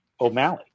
O'Malley